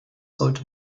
sollte